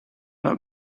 not